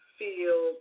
feel